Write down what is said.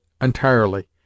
entirely